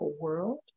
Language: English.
world